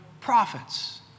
prophets